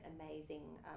amazing